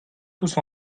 tous